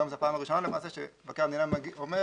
היום זו הפעם הראשונה למעשה שמבקר המדינה אומר,